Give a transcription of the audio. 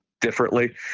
differently